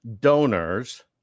donors